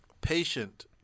patient